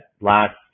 last